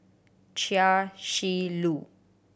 Chia Shi Lu